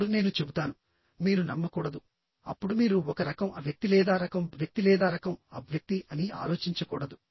ఇప్పుడు నేను చెబుతాను మీరు నమ్మకూడదు అప్పుడు మీరు ఒక రకం A వ్యక్తి లేదా రకం B వ్యక్తి లేదా రకం AB వ్యక్తి అని ఆలోచించకూడదు